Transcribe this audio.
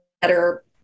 better